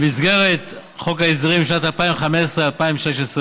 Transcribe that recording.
במסגרת חוק ההסדרים לשנת 2015 2016,